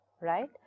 Right